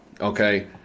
Okay